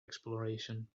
exploration